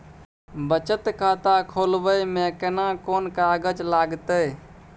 बचत खाता खोलबै में केना कोन कागज लागतै?